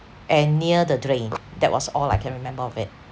and near the drain that was all I can remember of it